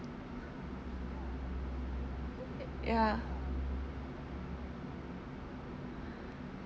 ya